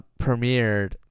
premiered